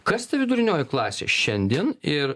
kas ta vidurinioji klasė šiandien ir